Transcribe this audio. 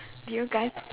did you guys